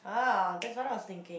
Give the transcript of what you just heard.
ah that's what I was thinking